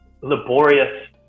laborious